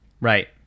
Right